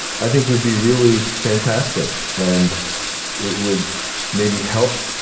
i think, would be really fantastic. and it would maybe help